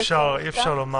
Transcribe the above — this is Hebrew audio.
כן, אבל אי-אפשר לומר